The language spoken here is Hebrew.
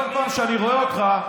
כל פעם שאני רואה אותך,